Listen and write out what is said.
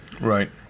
Right